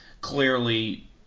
clearly